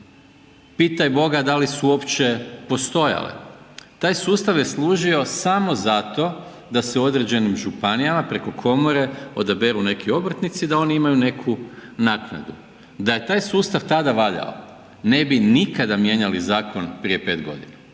pitaj Boga da li su uopće postojale. Taj sustav je služio samo zato da se u određenim županijama preko komore odaberu neki obrtnici da oni imaju neku naknadu. Da je taj sustav tada valjao ne bi nikada mijenjali zakon prije 5 godina.